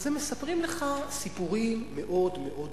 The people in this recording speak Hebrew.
הם מספרים לך סיפורים מאוד מאוד דומים: